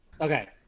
Okay